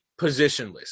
positionless